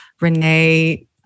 renee